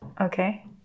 Okay